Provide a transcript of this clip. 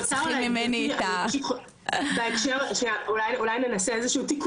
אולי ננסה איזה שהוא תיקון לחוויה הקודמת של גברתי היו"ר,